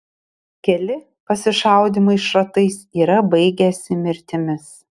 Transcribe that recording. keli pasišaudymai šratais yra baigęsi mirtimis